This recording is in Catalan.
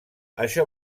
això